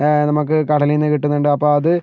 നമുക്ക് കടലിൽ നിന്ന് കിട്ടുന്നുണ്ട് അപ്പോൾ അത്